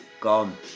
Gone